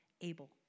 able